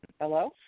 Hello